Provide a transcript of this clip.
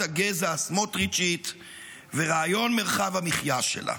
הגזע הסמוטריצ'ית ורעיון מרחב המחיה שלה.